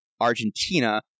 Argentina